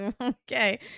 okay